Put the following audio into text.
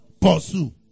Pursue